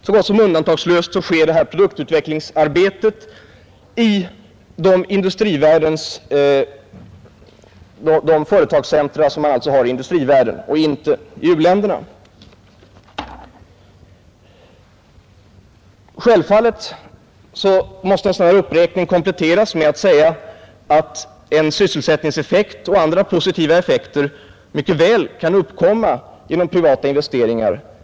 Så gott som undantagslöst sker produktutvecklingsarbetet i industrivärldens företagscentra och inte i u-länderna. Självfallet måste en sådan här uppräkning kompletteras med påståendet att en sysselsättningseffekt och andra positiva effekter mycket väl kan uppkomma genom privata investeringar.